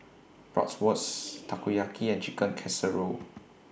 Bratwurst Takoyaki and Chicken Casserole